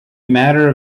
matter